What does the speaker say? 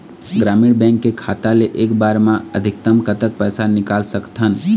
ग्रामीण बैंक के खाता ले एक बार मा अधिकतम कतक पैसा निकाल सकथन?